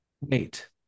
wait